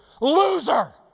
Loser